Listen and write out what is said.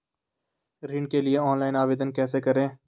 ऋण के लिए ऑनलाइन आवेदन कैसे करें?